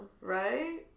Right